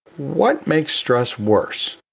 what makes stress worse,